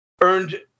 earned